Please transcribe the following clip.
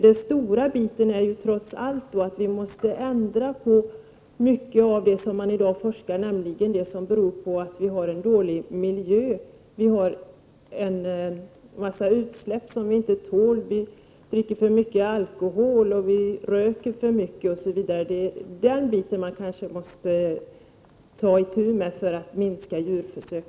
Den stora biten är att vi måste ändra på många av de förhållanden man i dag forskar om, nämligen de som hänger samman med att vi har en dålig miljö. Vi har utsläpp som vi inte tål. Vi dricker för mycket alkohol, vi röker för mycket osv. Det är anledningen till sjukdomarna som vi måste ta itu med för att minska antalet djurförsök.